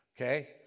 okay